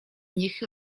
nich